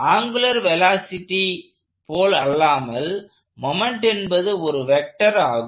angular velocity போலல்லாமல் moment என்பது ஒரு வெக்டர் ஆகும்